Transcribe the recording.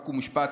חוק ומשפט,